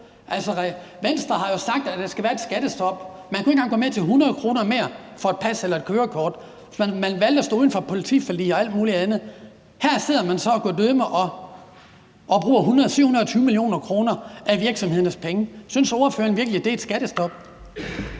Venstre har jo sagt, der skal være et skattestop; man kunne ikke engang gå med til 100 kr. mere for et pas eller et kørekort; man valgte at stå uden for politiforlig og alt muligt andet. Her sidder man så guddødemig og bruger 720 mio. kr. af virksomhedernes penge. Synes ordføreren virkelig, det er et skattestop?